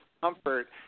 comfort